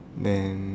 then